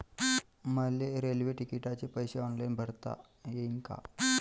मले रेल्वे तिकिटाचे पैसे ऑनलाईन भरता येईन का?